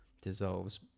dissolves